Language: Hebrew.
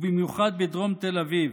ובמיוחד בדרום תל אביב.